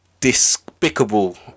despicable